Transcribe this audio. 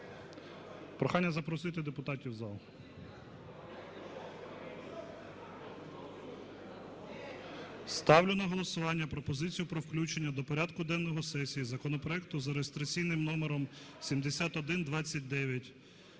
Прохання запросити депутатів у зал. Ставлю на голосування пропозицію про включення до порядку денного сесії законопроекту за реєстраційним номером 7129: